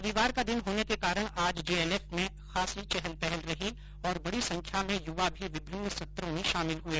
रविवार का दिन होने के कारण आज जेएलएफ में खासी चहल पहल रही और बड़ी संख्या में युवा भी विभिन्न सत्रो में शामिल हुए